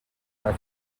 our